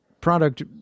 product